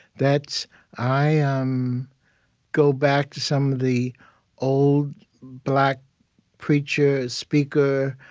that's i um go back to some of the old black preachers, speakers,